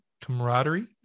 camaraderie